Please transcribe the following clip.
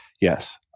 Yes